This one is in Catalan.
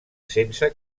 sense